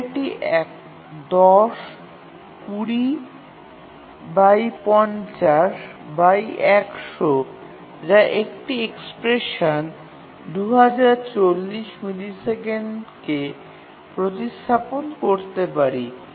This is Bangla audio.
আমরা এটি ১০ ২০ বাই ৫০ বাই 100 যা একটি এক্সপ্রেশনে ২০৪০ মিলিসেকেন্ডে প্রতিস্থাপন করতে পারি